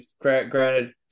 granted